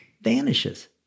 vanishes